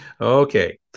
Okay